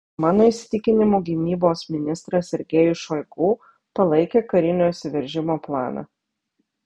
mano įsitikinimu gynybos ministras sergejus šoigu palaikė karinio įsiveržimo planą